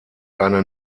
eine